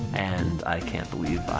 and i cant believe